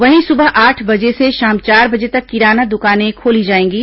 वहीं सुबह आठ बजे से शाम चार बजे तक किराना दुकानें खोली जाएंगी